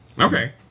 Okay